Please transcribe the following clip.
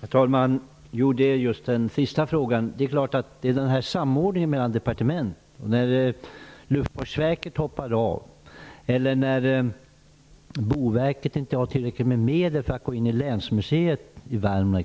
Herr talman! Jag återkommer till frågan om samordning mellan departement. I situationer när exempelvis Luftfartsverket hoppar av eller när Boverket inte har tillräckligt med medel att skjuta till avseende länsmuseet i Värmland